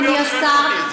אדוני השר,